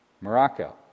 Morocco